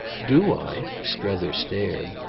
do i? strether stared.